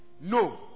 No